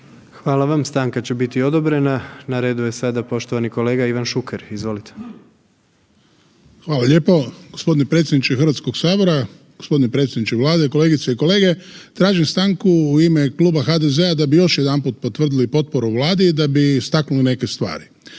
Hvala vam. Stanka će biti odobrena. Na redu je sada poštovani kolega Ivan Šuker, izvolite. **Šuker, Ivan (HDZ)** Hvala lijepo. Gospodine predsjedniče Hrvatskog sabora, gospodine predsjeniče Vlade, kolegice i kolege tražim stanku u ime Kluba HDZ-a da bi još jedanput potvrdili potporu Vladi i da bi istaknuo neke stvari.